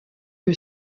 que